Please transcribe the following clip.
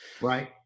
Right